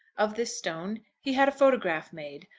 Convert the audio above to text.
of this stone he had a photograph made,